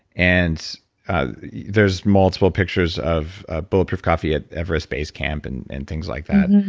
and there's multiple pictures of ah bulletproof coffee at everest base camp and and things like that,